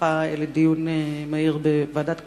שהפכה לדיון מהיר בוועדת כלכלה,